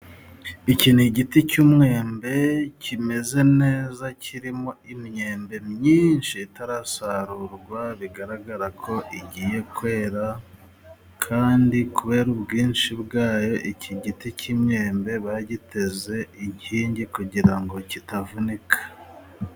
Iki ni igiti cy'umwembe kimeze neza kirimo imyembe myinshi itarasarurwa bigaragara ko igiye kwera kandi kubera ubwinshi bwayo iki giti cy'imyembe bagiteze inkingi kugira ngo kitavunika.